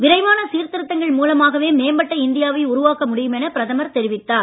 விரைவான சீர்திருத்தங்கள் மூலமாகவே மேம்பட்ட இந்தியா வை உருவாக்க முடியும் என பிரதமர் தெரிவித்தார்